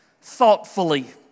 thoughtfully